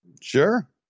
Sure